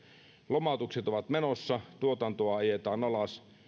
lomautukset ovat menossa tuotantoa ajetaan alas